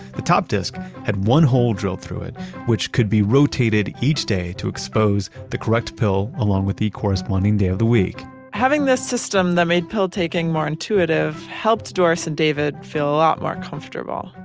the top disc had one hole drilled through it which could be rotated each day to expose the correct pill along with the corresponding day of the week having this system that made pill-taking more intuitive helped doris and david feel a lot more comfortable.